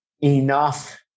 Enough